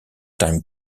time